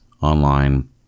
online